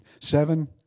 seven